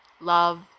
Love